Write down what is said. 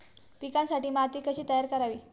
पिकांसाठी माती कशी तयार करावी?